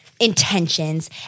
intentions